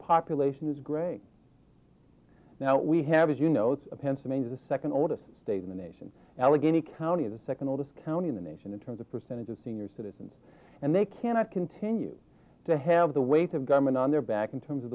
population is great now we have as you know it's pennsylvania the second oldest state in the nation allegheny county the second oldest county in the nation in terms of percentage of senior citizens and they cannot continue to have the weight of government on their back in terms of